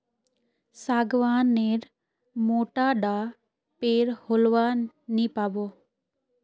सागवान नेर मोटा डा पेर होलवा नी पाबो